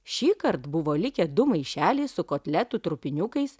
šįkart buvo likę du maišeliai su kotletų trupiniukais